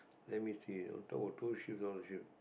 let me see on top of two she go down the